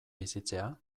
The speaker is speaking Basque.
bizitzea